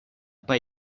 pas